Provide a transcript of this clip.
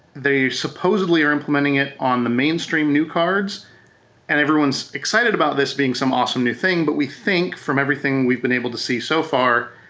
they supposedly are implementing it on the mainstream new cards and everyone's excited about this being some awesome new thing but we think from everything we've been able to see so far,